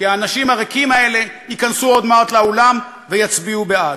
כי האנשים הריקים האלה ייכנסו עוד מעט לאולם ויצביעו בעד,